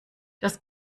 das